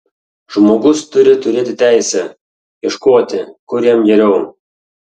žmogus turi turėti teisę ieškoti kur jam geriau